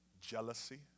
jealousy